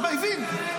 הבין,